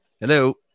Hello